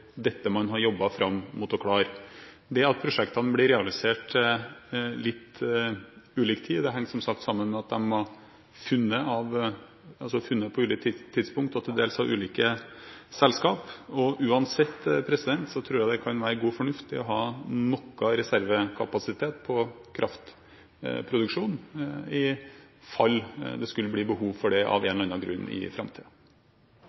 dette man har jobbet fram mot å klare. Det at prosjektene blir realisert på litt ulikt tidspunkt, henger som sagt sammen med at de ble funnet på ulikt tidspunkt, av til dels ulike selskaper. Uansett tror jeg det kan være god fornuft i å ha noe reservekapasitet på kraftproduksjon, i tilfelle det skulle bli behov for det, av en